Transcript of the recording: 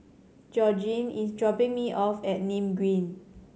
Georgene is dropping me off at Nim Green